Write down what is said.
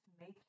make